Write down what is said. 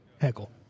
heckle